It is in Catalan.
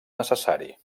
necessari